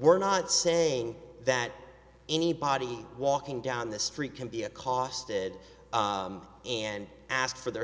we're not saying that anybody walking down the street can be a cost id and ask for their